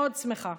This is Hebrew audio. מאוד שמחה.